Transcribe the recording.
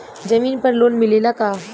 जमीन पर लोन मिलेला का?